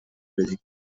بدیم